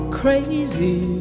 crazy